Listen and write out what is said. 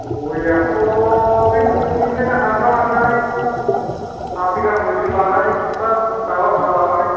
गयाथ' बे न'निफ्रायनो हानना लांनानै फाथै गांब्रैसो लानानै सिखा दाबा फिसा लानानै